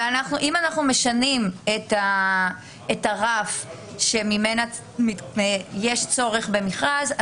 אבל אם אנחנו משנים את הרף שממנו יש צורך במכרז,